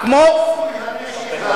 כבוד השר,